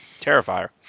Terrifier